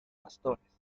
pastores